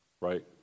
right